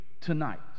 tonight